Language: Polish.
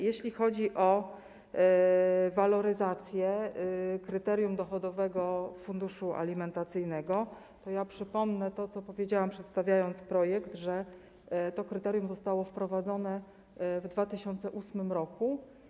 Jeśli chodzi o waloryzację kryterium dochodowego funduszu alimentacyjnego, to przypomnę to, co powiedziałam, przedstawiając projekt: to kryterium zostało wprowadzone w 2008 r.